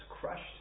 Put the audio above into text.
crushed